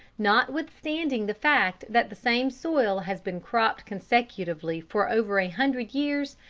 notwithstanding the fact that the same soil has been cropped consecutively for over a hundred years,